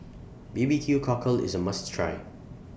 B B Q Cockle IS A must Try